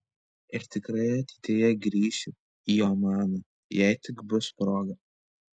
ir tikrai ateityje grįšiu į omaną jei tik bus proga